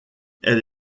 elle